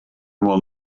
will